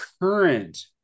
current